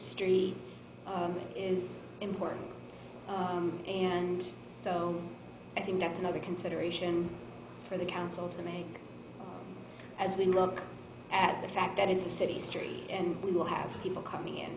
street is important and so i think that's another consideration for the council to make as we look at the fact that it's a city street and we will have people coming in